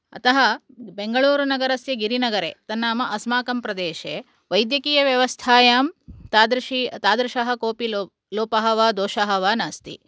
अतः बेंगळूरुनगरस्य गिरिनगरे तन्नाम अस्माकं प्रदेशे वैद्यकीयव्यवस्थायां तादृशी तादृशः कोऽपि लोपः वा दोषः वा नास्ति